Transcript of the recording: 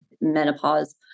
menopause